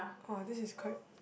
oh this is quite